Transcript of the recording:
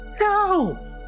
No